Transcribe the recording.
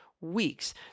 Weeks